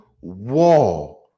wall